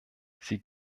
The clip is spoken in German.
sie